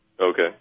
Okay